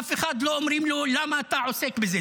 אף אחד לא אומרים לו: למה אתה עוסק בזה?